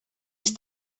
ist